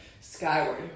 Skyward